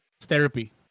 therapy